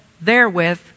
therewith